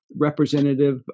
representative